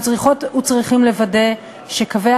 אנחנו צריכות וצריכים לוודא שקווי